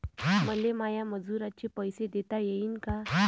मले माया मजुराचे पैसे देता येईन का?